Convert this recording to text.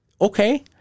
okay